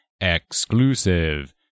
exclusive